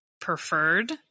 preferred